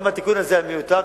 גם התיקון הזה היה מיותר,